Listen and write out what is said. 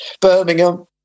Birmingham